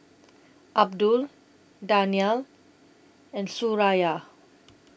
Abdul Danial and Suraya